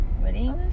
Ready